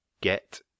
Get